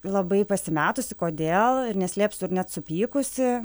labai pasimetusi kodėl ir neslėpsiu ir net supykusi